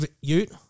ute